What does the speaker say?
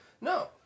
No